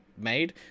made